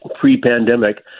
pre-pandemic